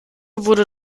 wurde